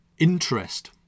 Interest